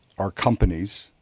are companies